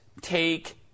take